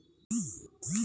IMPS মানে কি?